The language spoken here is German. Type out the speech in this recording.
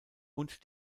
und